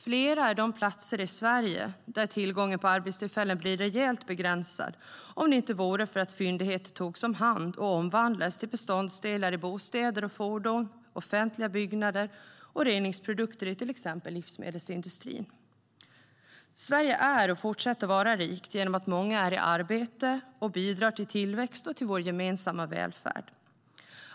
Flera är de platser i Sverige där tillgången på arbetstillfällen skulle ha blivit rejält begränsad om det inte vore för att fyndigheter togs om hand och omvandlades till beståndsdelar i bostäder och fordon, offentliga byggnader och reningsprodukter i till exempel livsmedelsindustrin. Sverige är och fortsätter vara rikt genom att många är i arbete och bidrar till tillväxt och till vår gemensamma välfärd.